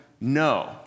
no